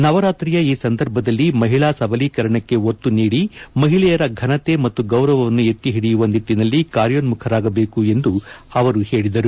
ನವರಾತ್ರಿಯ ಈ ಸಂದರ್ಭದಲ್ಲಿ ಮಹಿಳಾ ಸಬಲೀಕರಣಕ್ಕೆ ಒತ್ತು ನೀಡಿ ಮಹಿಳೆಯರ ಫನತೆ ಮತ್ತು ಗೌರವವನ್ನು ಎತ್ತಿ ಹಿಡಿಯುವ ನಿಟ್ಲನಲ್ಲಿ ಕಾರ್ಯೋನ್ನುಖರಾಗಬೇಕು ಎಂದು ಅವರು ಹೇಳಿದರು